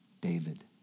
David